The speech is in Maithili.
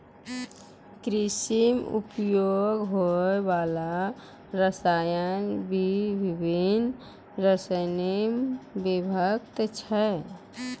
कृषि म उपयोग होय वाला रसायन बिभिन्न श्रेणी म विभक्त छै